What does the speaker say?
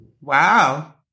Wow